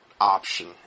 option